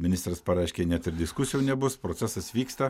ministras pareiškė net ir diskusijų nebus procesas vyksta